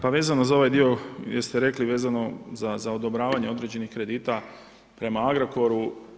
Pa vezano za ovaj dio jer ste rekli vezano za odobravanje određenih kredita prema Agrokoru.